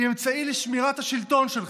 היא אמצעי לשמירת השלטון שלך.